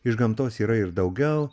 iš gamtos yra ir daugiau